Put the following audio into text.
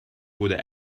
wurde